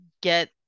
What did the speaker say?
get